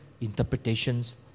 interpretations